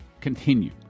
Continue